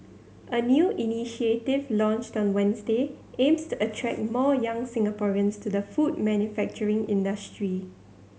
a new initiative launched on Wednesday aims to attract more young Singaporeans to the food manufacturing industry